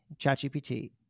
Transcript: ChatGPT